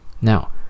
now